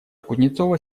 кузнецова